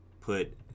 put